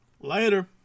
Later